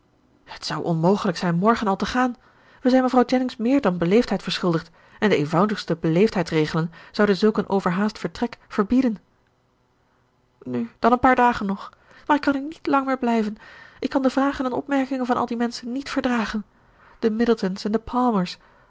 het zou onmogelijk zijn morgen al te gaan we zijn mevrouw jennings meer dan beleefdheid verschuldigd en de eenvoudigste beleefdheidsregelen zouden zulk een overhaast vertrek verbieden nu dan een paar dagen nog maar ik kan hier niet lang meer blijven ik kan de vragen en opmerkingen van al die menschen niet verdragen de